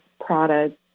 products